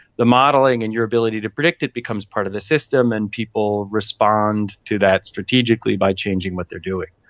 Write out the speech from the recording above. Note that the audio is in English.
the modelling and your ability to predict it becomes part of the system, and people respond to that strategically by changing what they are doing.